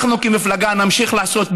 אנחנו כמפלגה נמשיך לעשות,